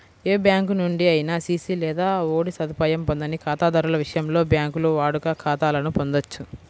ఏ bank నుండి అయినా CC లేదా ఓడి సదుపాయం పొందని ఖాతాదారుల విషయంలో, బ్యాంకులు వాడుక ఖాతాలను పొందొచ్చు